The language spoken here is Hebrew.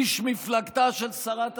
איש מפלגתה של שרת התחבורה,